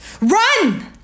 run